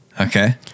Okay